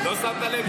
לא שמת לב,